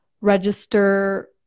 register